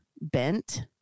bent